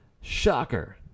Shocker